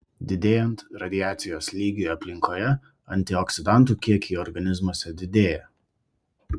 didėjant radiacijos lygiui aplinkoje antioksidantų kiekiai organizmuose didėja